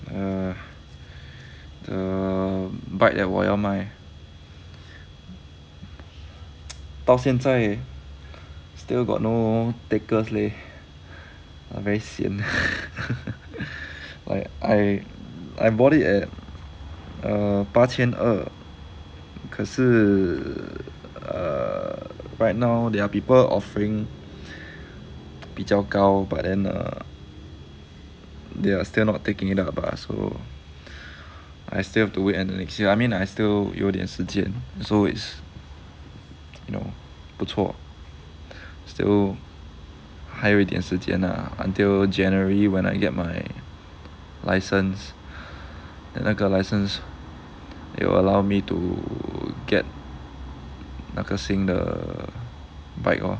err the bike that 我要卖到现在 still got no takers leh I very sian like I I bought it at err 八千二可是 err right now there are people offering 比较高 but then err they are still not taking it up ah so I still have to wait until next year I mean I still 有点时间 so it's you know 不错 still 还有一点时间 lah until january when I get my license then 那个 license it will allow me to get 那个新的 bike lor